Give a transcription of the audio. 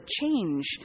change